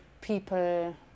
people